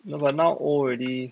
no but now old already